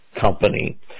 company